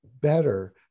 better